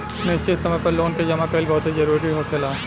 निश्चित समय पर लोन के जामा कईल बहुते जरूरी होखेला